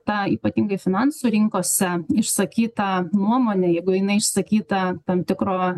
tą ypatingai finansų rinkose išsakytą nuomonę jeigu jinai išsakyta tam tikro